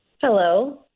Hello